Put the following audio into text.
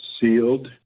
sealed